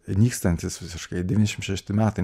nykstantis visiškai devyniasdešimt šešti metai